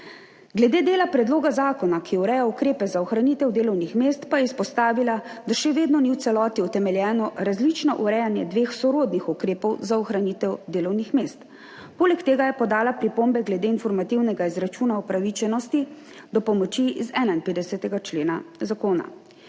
Glede dela predloga zakona, ki ureja ukrepe za ohranitev delovnih mest, pa je izpostavila, da še vedno ni v celoti utemeljeno različno urejanje dveh sorodnih ukrepov za ohranitev delovnih mest. Poleg tega je podala pripombe glede informativnega izračuna upravičenosti do pomoči iz 51. člena zakona.